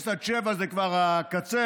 0 7 קילומטר זה כבר הקצה.